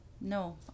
no